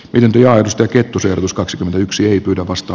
ydinainesta kettusen ehdotus kaksikymmentäyksi ei pyydä vasta